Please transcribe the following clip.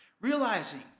Realizing